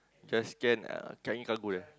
just scan Changi cargo